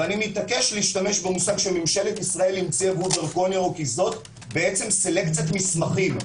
ואני מתעקש להשתמש במושג שממשלת ישראל המציאה כי זו סלקציית מסמכים.